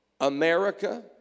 America